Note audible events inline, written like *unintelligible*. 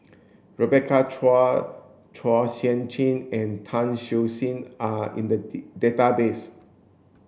Rebecca Chua Chua Sian Chin and Tan Siew Sin are in the *unintelligible* database